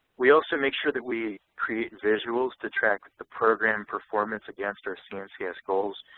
we also make sure that we create visuals to track the program performance against our cncs goals.